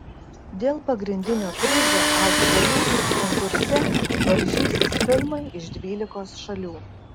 dėl pagrindinio prizo aukso liūtas konkurse varžysis filmai iš dvylikos šalių